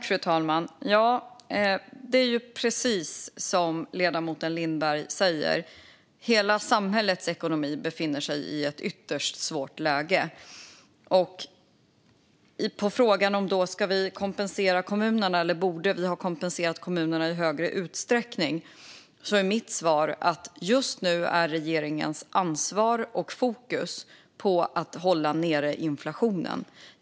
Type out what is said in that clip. Fru talman! Det är precis som ledamoten Lindberg säger, nämligen att hela samhällets ekonomi befinner sig i ett ytterst svårt läge. På frågan om vi ska kompensera kommunerna eller om vi borde ha kompenserat kommunerna i större utsträckning är mitt svar att regeringens ansvar och fokus just nu ligger på att hålla ned inflationen.